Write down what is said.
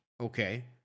Okay